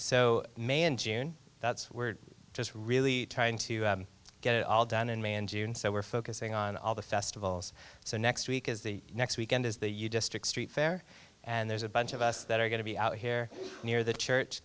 so may and june we're just really trying to get it all done in may and june so we're focusing on all the festivals so next week is the next weekend is the you district street fair and there's a bunch of us that are going to be out here near the church